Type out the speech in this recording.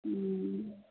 हूँ